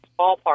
ballpark